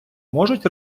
зможуть